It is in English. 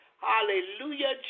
Hallelujah